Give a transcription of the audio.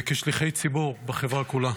וכשליחי ציבור בחברה כולה.